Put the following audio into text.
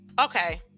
Okay